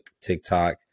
TikTok